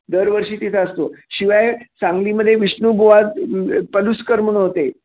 दरवर्षी तिथं असतो शिवाय सांगलीमध्ये विष्णुबुवा पलुस्कर म्हणून होते